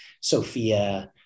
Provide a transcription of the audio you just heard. Sophia